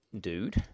Dude